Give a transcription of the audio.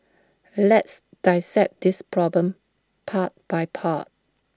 let's dissect this problem part by part